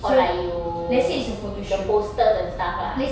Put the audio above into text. oh like you the posters and stuff lah